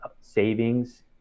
savings